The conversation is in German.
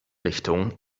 richtung